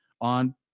on